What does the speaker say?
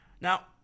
Now